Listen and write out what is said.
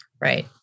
Right